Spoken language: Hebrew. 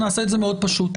נעשה את זה מאוד פשוט.